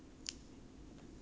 previous semesters leh